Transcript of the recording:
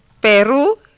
Peru